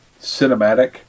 cinematic